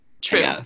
True